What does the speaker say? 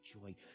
joy